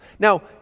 Now